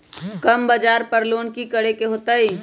कम ब्याज पर लोन की करे के होतई?